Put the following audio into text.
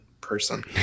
person